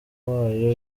wayo